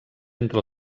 entre